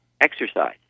exercise